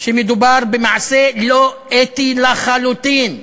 שמדובר במעשה לא אתי לחלוטין.